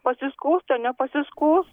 pasiskųst nepasiskųst